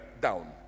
down